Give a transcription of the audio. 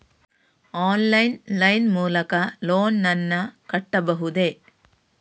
Online line ಮೂಲಕ loan ನನ್ನ ಕಟ್ಟಬಹುದೇ?